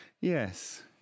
Yes